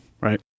right